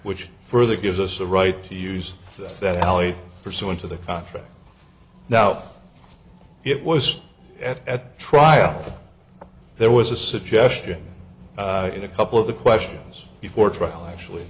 which further gives us the right to use that alley pursuant to the contract now it was at trial there was a suggestion in a couple of the questions before trial actually